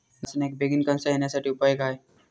नाचण्याक बेगीन कणसा येण्यासाठी उपाय काय?